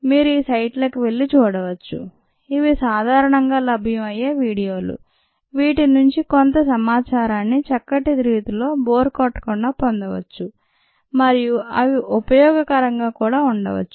మీరు ఈ సైట్ లకి వెళ్ళి చూడవచ్చు ఇవి సాధారణంగా లభ్యం అయ్యే వీడియోలు వీటి నుండి కొంత సమాచారాన్ని చక్కటి రీతిలో బోర్ కొట్టకుండా పొందవచ్చు మరియు అవి ఉపయోగకరంగా కూడా ఉండవచ్